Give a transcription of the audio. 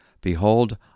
Behold